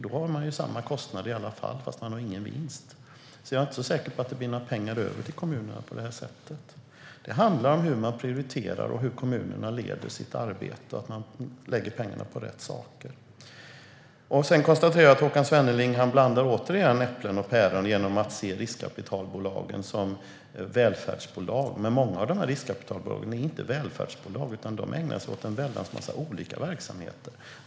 Då har man ju samma kostnad i alla fall, fast man får ingen vinst. Jag är inte så säker att det blir några pengar över till kommunen. Det handlar om hur man prioriterar och hur kommunerna leder sitt arbete så att de lägger pengarna på rätt saker. Sedan konstaterar jag att Håkan Svenneling återigen blandar äpplen och päron genom att se riskkapitalbolagen som välfärdsbolag. Men många av riskkapitalbolagen är inte välfärdsbolag, utan de ägnar sig åt många olika verksamheter.